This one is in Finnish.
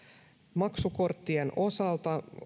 maksukorttien osalta